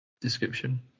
description